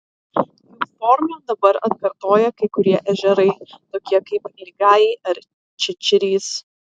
jų formą dabar atkartoja kai kurie ežerai tokie kaip ligajai ar čičirys